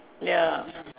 ya